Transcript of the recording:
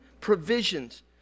provisions